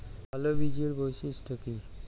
ভাল বীজের বৈশিষ্ট্য কী?